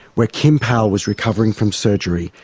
where kim powell was recovering from surgery,